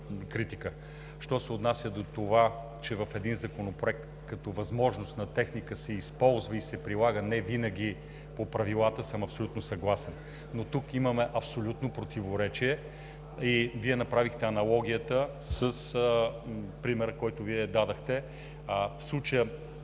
критика. Що се отнася до това, че в един законопроект като възможност на техника се използва и се прилага невинаги по правилата, съм абсолютно съгласен. Тук имаме абсолютно противоречие. Вие направихте аналогията с примера, който Вие дадохте. В случая